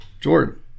Jordan